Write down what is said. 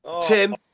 Tim